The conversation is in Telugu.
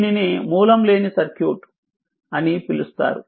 దీనిని మూలం లేని సర్క్యూట్ సోర్స్ ఫ్రీ సర్క్యూట్ అని పిలుస్తారు